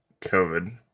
COVID